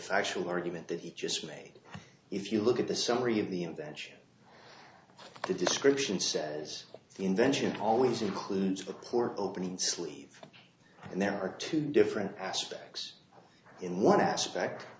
factual argument that he just made if you look at the summary of the invention the description says the invention always includes a core opening sleeve and there are two different aspects in one aspect